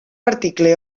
article